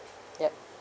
ya